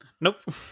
nope